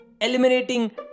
eliminating